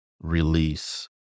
release